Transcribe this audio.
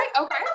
okay